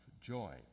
joy